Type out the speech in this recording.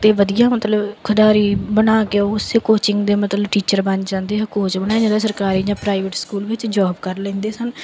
ਅਤੇ ਵਧੀਆ ਮਤਲਬ ਖਿਡਾਰੀ ਬਣਾ ਕੇ ਉਸੇ ਕੋਚਿੰਗ ਦੇ ਮਤਲਬ ਟੀਚਰ ਬਣ ਜਾਂਦੇ ਆ ਕੋਚ ਬਣਾਏ ਜਾਂਦੇ ਸਰਕਾਰੀ ਜਾਂ ਪ੍ਰਾਈਵੇਟ ਸਕੂਲ ਵਿੱਚ ਜੋਬ ਕਰ ਲੈਂਦੇ ਸਨ